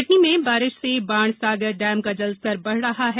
कटनी में बारिश से बाणसागर डेम का जलस्तर बड़ रहा है